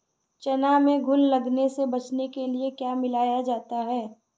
चना में घुन लगने से बचाने के लिए क्या मिलाया जाता है?